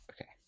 okay